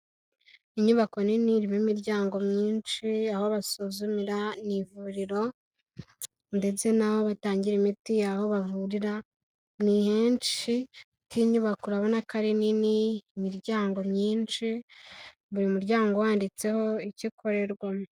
Inyubako nini irimo imiryango myinshi aho basuzumira, ni ivuriro ndetse naho batangira imiti, aho bavurira ni henshi, iyi nyubako urabona ko ari nini, imiryango myinshi, buri muryango wanditseho icyo ukorerwamo.